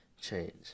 change